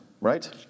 right